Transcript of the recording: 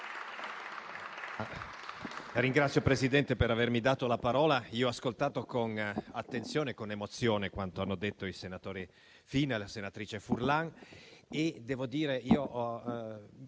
ringrazio per avermi dato la parola. Io ho ascoltato con attenzione e con emozione quanto hanno detto il senatore Fina e la senatrice Furlan.